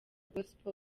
gospel